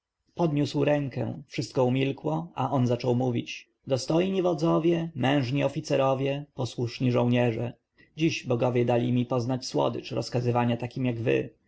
podniósł rękę wszystko umilkło a on zaczął mówić dostojni wodzowie mężni oficerowie posłuszni żołnierze dziś bogowie dali mi poznać słodycz rozkazywania takim jak wy